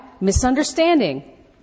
misunderstanding